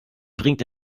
bringt